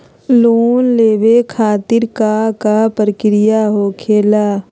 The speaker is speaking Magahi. लोन लेवे खातिर का का प्रक्रिया होखेला?